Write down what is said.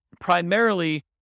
primarily